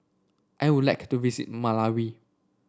I would like to visit Malawi